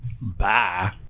bye